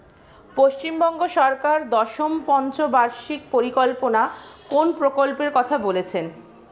পশ্চিমবঙ্গ সরকার দশম পঞ্চ বার্ষিক পরিকল্পনা কোন প্রকল্প কথা বলেছেন?